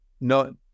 No